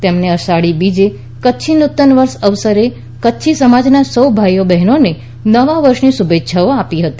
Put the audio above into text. તેમણે અષાઢી બીજે કચ્છી નૂતનવર્ષ અવસરે કચ્છી સમાજના સૌ ભાઈ બહેનોને નવા વર્ષની શુભેચ્છાઓ આપી હતી